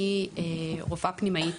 אני רופאה פנימאית,